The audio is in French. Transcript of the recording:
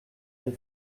des